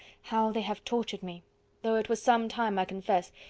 how they have tortured me though it was some time, i confess,